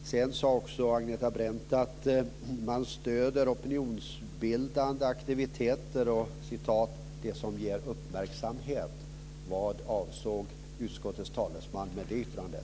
Agneta Brendt sade också att man stöder opinionsbildande aktiviteter och "det som ger uppmärksamhet". Vad avsåg utskottets talesman med det yttrandet?